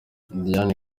diane